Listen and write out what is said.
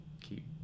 keep